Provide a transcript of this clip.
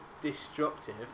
destructive